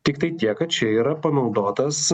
tiktai tiek kad čia yra panaudotas